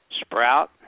Sprout